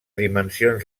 dimensions